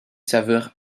saveur